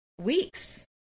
weeks